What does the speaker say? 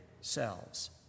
selves